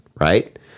right